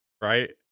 Right